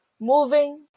moving